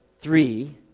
three